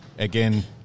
Again